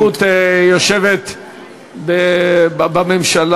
שרת התרבות יושבת בממשלה,